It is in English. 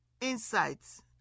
insights